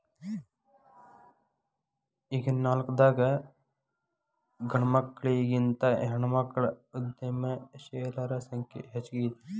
ಈಗಿನ್ಕಾಲದಾಗ್ ಗಂಡ್ಮಕ್ಳಿಗಿಂತಾ ಹೆಣ್ಮಕ್ಳ ಉದ್ಯಮಶೇಲರ ಸಂಖ್ಯೆ ಹೆಚ್ಗಿ ಐತಿ